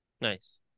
nice